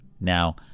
now